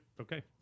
Okay